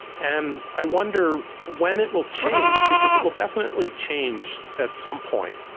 and i wonder when it will change, because it will definitely change at some point.